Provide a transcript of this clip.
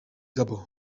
gabon